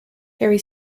harry